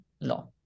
law